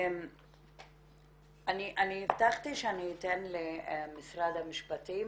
אני הבטחתי שאני אתן ל משרד המשפטים.